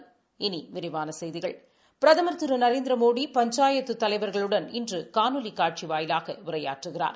இனி விரிவான செய்திகள் பிரதம் ் திரு நரேந்திரமோடி பஞ்சாயத்து தலைவா்களுடன் நாளை காணொலி காட்சி வாயிலாக உரையாற்றுகிறார்